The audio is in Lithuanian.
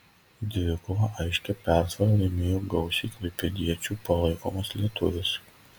dvikovą aiškia persvara laimėjo gausiai klaipėdiečių palaikomas lietuvis